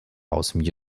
house